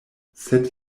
sed